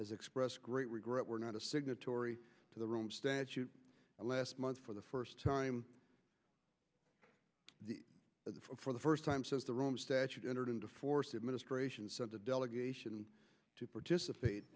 has expressed great regret were not a signatory to the rooms last month for the first time for the first time since the rome statute entered into force administration sent a delegation to participate